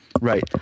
Right